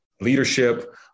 leadership